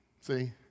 See